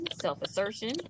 self-assertion